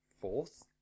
fourth